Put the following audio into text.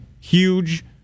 huge